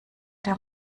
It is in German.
der